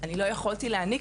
לא יכולתי להניק,